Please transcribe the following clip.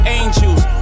angels